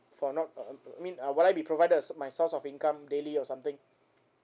for not uh mean will I be provided s~ my source of income daily or something